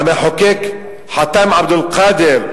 המחוקק חאתם עבד אל-קאדר,